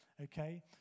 Okay